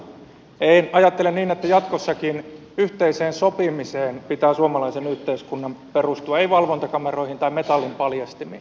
ajattelen niin että jatkossakin yhteiseen sopimiseen pitää suomalaisen yhteiskunnan perustua ei valvontakameroihin tai metallinpaljastimiin